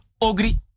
ogri